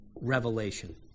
revelation